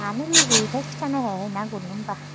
मानो लुगैयोथाय खोथानो हायाहाय ना गुरनो होमब्ला